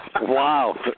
Wow